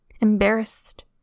embarrassed